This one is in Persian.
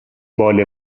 بال